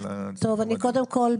קודם כל,